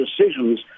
decisions